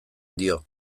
dio